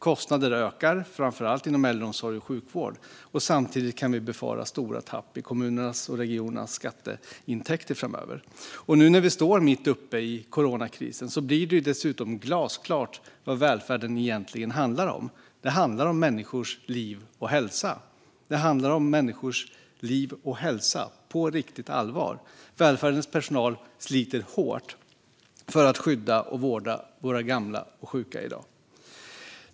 Kostnader ökar, framför allt inom äldreomsorg och sjukvård, och samtidigt kan vi befara stora tapp i kommunernas och regionernas skatteintäkter framöver. Nu när vi står mitt uppe i coronakrisen blir det dessutom glasklart vad välfärden egentligen handlar om. Det handlar om människors liv och hälsa - på riktigt allvar. Välfärdens personal sliter hårt för att skydda och vårda våra gamla och sjuka i dag.